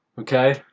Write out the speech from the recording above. okay